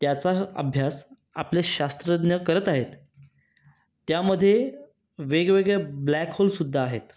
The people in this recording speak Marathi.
त्याचाच अभ्यास आपले शास्त्रज्ञ करत आहेत त्यामध्ये वेगवेगळे ब्लॅकहोलसुद्धा आहेत